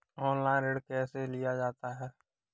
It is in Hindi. ऑनलाइन ऋण कैसे लिया जाता है?